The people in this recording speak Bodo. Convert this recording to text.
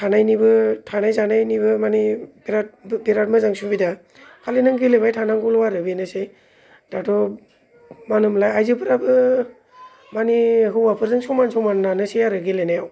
थानायनिबो थानाय जानायनिबो मानि बिरात मोजां सुबिदा मानि नों गेलेबाय थानांगौल' आरो बेनोसै दाथ' मा होनो मोनलाय आइजोफोराबो मानि हौवाफोरजों समान समानानोसै आरो गेलेनायाव